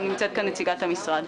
גם נמצאת כאן נציגת המשרד.